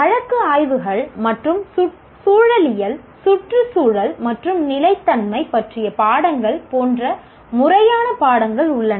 வழக்கு ஆய்வுகள் மற்றும் சூழலியல் சுற்றுச்சூழல் மற்றும் நிலைத்தன்மை பற்றிய பாடங்கள் போன்ற முறையான பாடங்கள் உள்ளன